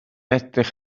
edrych